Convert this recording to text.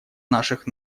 наших